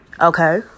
okay